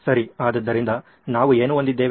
ಸರಿ ಆದ್ದರಿಂದ ನಾವು ಏನು ಹೊಂದಿದ್ದೇವೆ